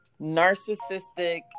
narcissistic